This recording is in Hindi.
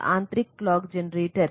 और आंतरिक क्लॉक जनरेटर हैं